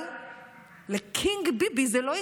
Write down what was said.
אבל לקינג ביבי זה לא התאים.